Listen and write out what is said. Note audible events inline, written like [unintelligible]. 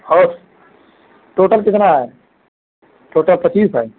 [unintelligible] total कितना है total पच्चीस है